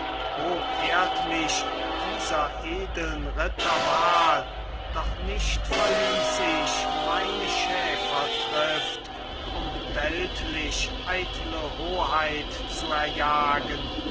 hoch ehrt mich dieser edeln ritter wahl doch nicht verließ ich meine schäfertrift um weltlich eitle hoheit zu erjagen